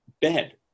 bed